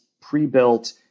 pre-built